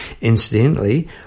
Incidentally